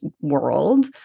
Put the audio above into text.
world